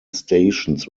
stations